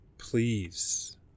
please